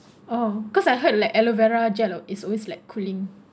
oh cause I heard like aloe vera gelo is always like cooling